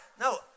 No